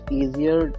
easier